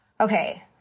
okay